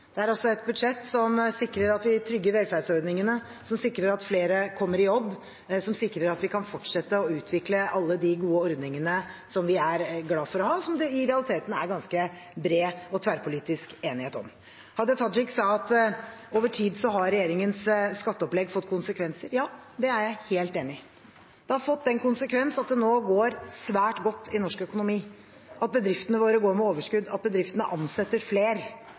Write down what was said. Det er et budsjett som sikrer at vi trygger velferdsordningene, som sikrer at flere kommer i jobb, som sikrer at vi kan fortsette å utvikle alle de gode ordningene som vi er glade for å ha, og som det i realiteten er ganske bred og tverrpolitisk enighet om. Hadia Tajik sa at over tid har regjeringens skatteopplegg fått konsekvenser. Ja, det er jeg helt enig i. Det har fått den konsekvens at det nå går svært godt i norsk økonomi, at bedriftene våre går med overskudd, at bedriftene ansetter flere,